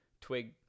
twig